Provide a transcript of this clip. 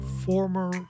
former